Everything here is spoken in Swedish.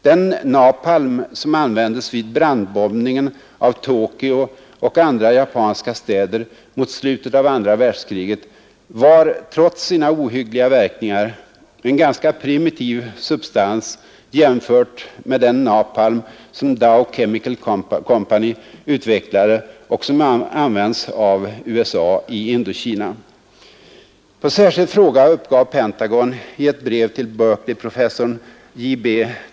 Den napalm, som användes vid brandbombningen av Tokyo och andra japanska städer mot slutet av andra världskriget, var, trots sina ohyggliga verkningar, en ganska primitiv substans jämfört med den napalm, som Dow Chemical Company utvecklade och som används av USA i Indokina. På särskild fråga uppgav Pentagon i ett brev till Berkeleyprofessorn J.B.